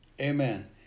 Amen